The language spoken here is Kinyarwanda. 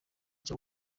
cyo